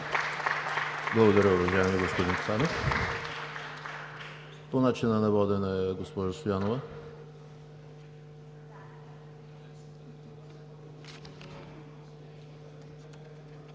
Благодаря, уважаеми господин Цонев. По начина на водене, госпожо Стоянова.